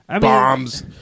bombs